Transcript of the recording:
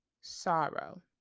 sorrow